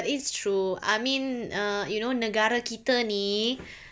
but it's true I mean uh you know negara kita ni